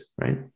Right